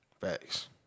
Facts